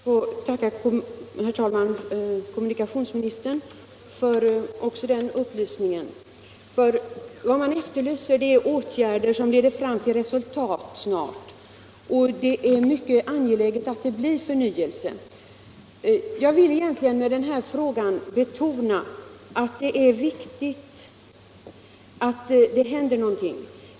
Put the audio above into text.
Herr talman! Jag ber att få tacka kommunikationsministern också för den upplysningen. Vad man efterlyser är nämligen åtgärder som leder fram till resultat snabbt, och det är mycket angeläget att det blir förnyelse. Jag vill egentligen med den här frågan betona att det är viktigt att någonting händer.